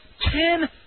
ten